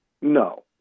no